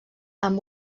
amb